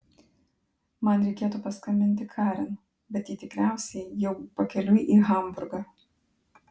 man reikėtų paskambinti karin bet ji tikriausiai jau pakeliui į hamburgą